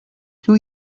two